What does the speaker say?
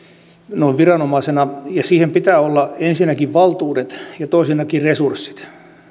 noin viranomaisena ja siihen pitää olla ensinnäkin valtuudet ja toisinnakin resurssit